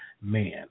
man